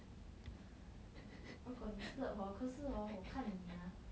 如果你 slurp hor 可是 hor 我看你 ah